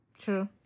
True